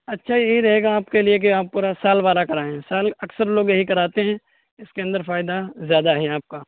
اچھا یہی رہے گا آپ کے لیے کہ آپ پورا سال والا کرائیں سال اکثر لوگ یہی کراتے ہیں اس کے اندر فائدہ زیادہ ہے آپ کا